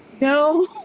No